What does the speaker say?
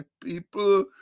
people